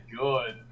good